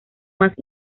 más